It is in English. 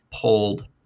Pulled